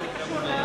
מה זה קשור?